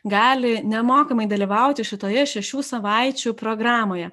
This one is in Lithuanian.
gali nemokamai dalyvauti šitoje šešių savaičių programoje